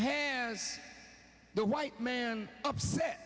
hands the white man upset